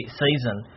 season